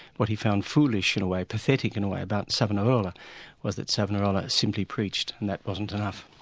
what he found foolish in a way, pathetic in a way, about savonarola was that savonarola simply preached, and that wasn't enough.